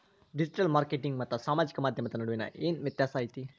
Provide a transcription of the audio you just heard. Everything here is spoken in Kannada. ಡಿಜಿಟಲ್ ಮಾರ್ಕೆಟಿಂಗ್ ಮತ್ತ ಸಾಮಾಜಿಕ ಮಾಧ್ಯಮದ ನಡುವ ಏನ್ ವ್ಯತ್ಯಾಸ ಐತಿ